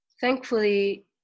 thankfully